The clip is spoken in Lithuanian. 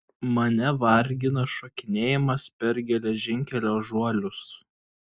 mane vargina šokinėjimas per geležinkelio žuolius